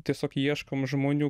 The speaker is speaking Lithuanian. tiesiog ieškom žmonių